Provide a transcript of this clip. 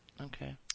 Okay